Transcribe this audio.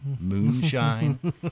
Moonshine